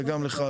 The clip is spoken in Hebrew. וגם לך,